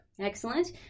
Excellent